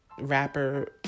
rapper